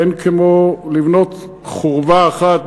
ואין כמו לבנות חורבה אחת,